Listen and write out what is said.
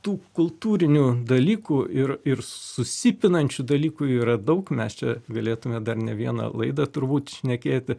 tų kultūrinių dalykų ir ir susipinančių dalykų yra daug mes čia galėtume dar ne vieną laidą turbūt šnekėti